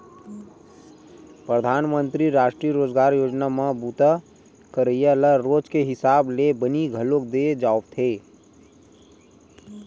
परधानमंतरी रास्टीय रोजगार योजना म बूता करइया ल रोज के हिसाब ले बनी घलोक दे जावथे